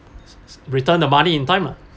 return the money in time lah